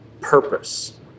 purpose